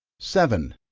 seven.